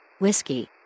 Whiskey